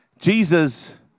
Jesus